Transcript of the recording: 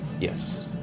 Yes